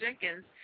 Jenkins